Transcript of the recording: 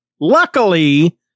Luckily